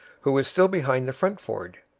who was still behind the front ford.